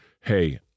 hey